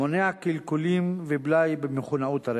מונע קלקולים ובלאי במכונאות הרכב.